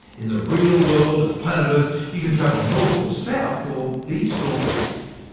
in the real world of planet earth, you can travel north or south or east or west.